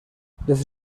desde